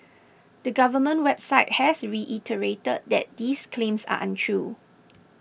the government website has reiterated that these claims are untrue